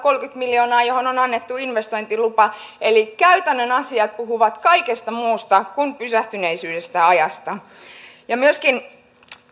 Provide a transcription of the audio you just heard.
miljoonaa ja siihen on annettu investointilupa eli käytännön asiat puhuvat kaikesta muusta kuin pysähtyneisyyden ajasta myöskin